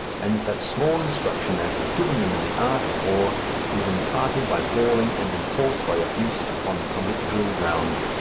and such small instruction as is given them in the art of war is imparted by bawling and enforced by abuse upon public drill grounds.